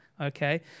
Okay